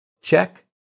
Check